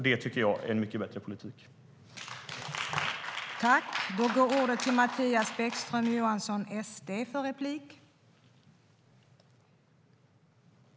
Det tycker jag är en mycket bättre politik.